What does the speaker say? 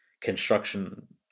construction